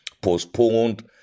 postponed